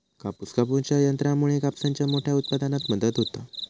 कापूस कापूच्या यंत्रामुळे कापसाच्या मोठ्या उत्पादनात मदत होता